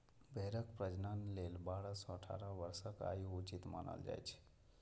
भेड़क प्रजनन लेल बारह सं अठारह वर्षक आयु उचित मानल जाइ छै